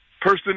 person